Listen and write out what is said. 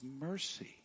mercy